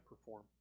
perform